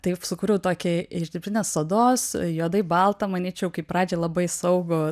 taip sukūriau tokį iš dirbtines odos juodai baltą manyčiau kaip pradžiai labai saugų